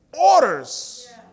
orders